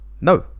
No